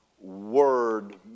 word